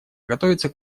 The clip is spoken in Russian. готовится